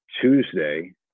Tuesday